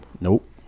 Nope